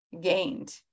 gained